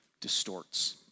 distorts